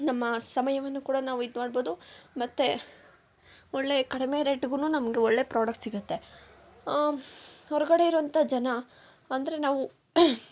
ನಮ್ಮ ಸಮಯವನ್ನು ಕೂಡ ನಾವಿದು ಮಾಡ್ಬೋದು ಮತ್ತು ಒಳ್ಳೆ ಕಡಿಮೆ ರೇಟ್ಗೂ ನಮ್ಗೆ ಒಳ್ಳೆ ಪ್ರಾಡಕ್ಟ್ ಸಿಗುತ್ತೆ ಹೊರಗಡೆ ಇರುವಂಥ ಜನ ಅಂದರೆ ನಾವು